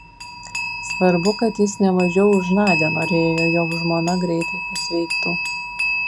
svarbu kad jis ne mažiau už nadią norėjo jog žmona greitai pasveiktų